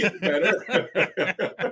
better